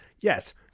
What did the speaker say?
yes